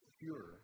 pure